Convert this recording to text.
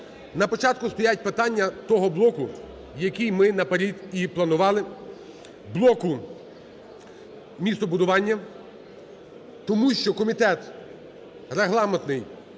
На початку стоять питання того блоку, який ми наперед і планували: блоку містобудування. Тому що Комітет регламентний